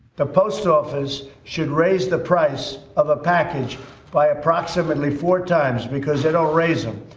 the post office should raise the price of a package by approximately four times. because they don't raise em.